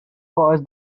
cause